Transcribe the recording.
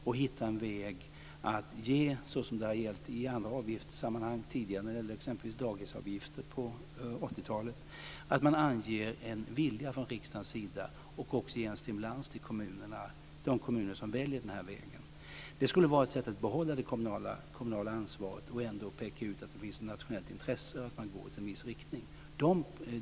Så har man gjort i andra avgiftssammanhang tidigare, t.ex. när det gällde dagisavgifter på 80-talet. Det gäller att hitta en väg och ange en vilja från riksdagens sida samt att också ge en stimulans till de kommuner som väljer den här vägen. Det skulle vara ett sätt att behålla det kommunala ansvaret och ändå peka ut att det finns ett nationellt intresse av att man går i en viss riktning.